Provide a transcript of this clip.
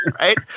right